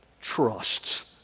Trusts